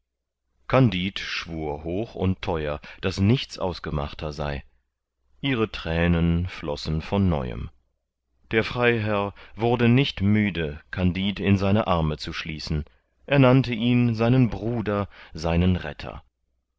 kandid schwur hoch und theuer daß nichts ausgemachter sei ihre thränen flossen von neuem der freiherr wurde nicht müde kandid in seine arme zu schließen er nannte ihn seinen bruder seinen retter